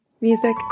music